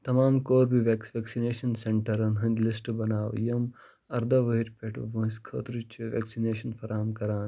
تمام ویٚکسِنیشن سیٚنٹرن ہٕنٛدۍ لسٹہٕ بناو یِم اَرداہ وُہرۍ پٮ۪ٹھ وٲنٛسہِ خٲطرٕ چھِ ویٚکسِنیشن فراہم کران